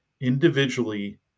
individually